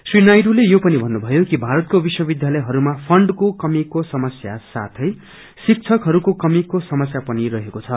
श्री नायडूले यो पनि भन्नुभयो कि भारतको विश्वविध्यालयहरूमा फण्डको कमीको समस्या साथै शिक्षकहरूको कमीको समस्या पनि रहेको छ